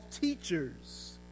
teachers